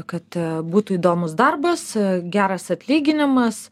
kad būtų įdomus darbas geras atlyginimas